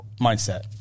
mindset